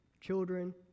children